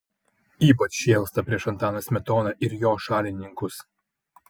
ypač šėlsta prieš antaną smetoną ir jo šalininkus